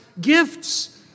gifts